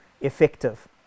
effective